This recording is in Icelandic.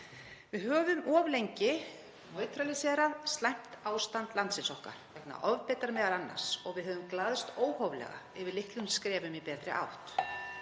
Við höfum of lengi „neutraliserað“ slæmt ástand landsins okkar, m.a. vegna ofbeitar, (Forseti hringir.) og við höfum glaðst óhóflega yfir litlum skrefum í betri átt.